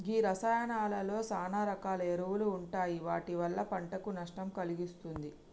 గీ రసాయానాలలో సాన రకాల ఎరువులు ఉంటాయి వాటి వల్ల పంటకు నష్టం కలిగిస్తుంది